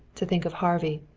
to think of harvey.